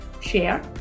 share